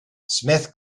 smith